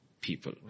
people